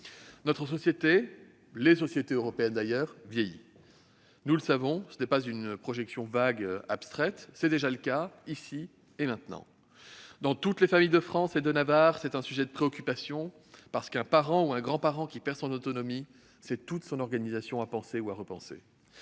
française, les sociétés européennes dans leur ensemble vieillissent. Nous le savons, il ne s'agit pas là d'une projection vague et abstraite, c'est déjà le cas ici et maintenant. Dans toutes les familles de France et de Navarre, c'est un sujet de préoccupation, parce qu'un parent ou un grand-parent qui perd son autonomie, c'est toute une organisation à penser ou à repenser.